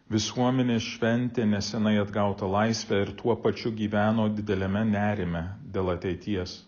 visuomenės šventė neseniai atgauta laisvė ir tuo pačiu gyveno dideliame nerime dėl ateities